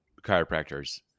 chiropractors